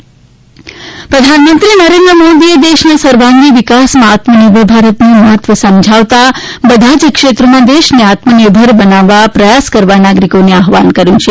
મન કી બાત પ્રધાનમંત્રી નરેન્દ્ર મોદીએ દેશના સર્વાંગી વિકાસમાં આત્મનિર્ભર ભારતનું મહત્વ સમજાવતા બધા જ ક્ષેત્રોમાં દેશને આત્મનિર્ભર બનાવવા પ્રયાસ કરવા નાગરિકોને આહવાન કર્યું છે